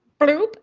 bloop